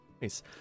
nice